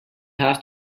have